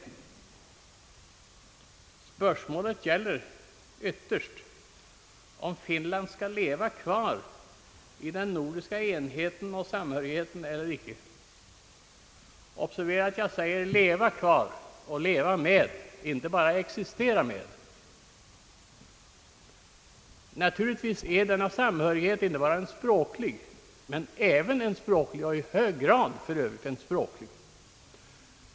Spörsmålet gäller om Finland skall leva kvar i den nordiska enheten och samhörigheten eller icke. Observera att jag säger leva kvar och leva med, inte bara existera med. Naturligtvis är denna samhörighet inte bara språklig, men den är även och i hög grad språklig.